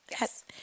Yes